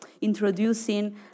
introducing